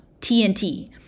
TNT